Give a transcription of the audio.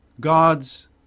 God's